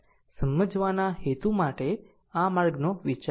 સમજવાના હેતુ માટે આ માર્ગનો વિચાર કરવો પડશે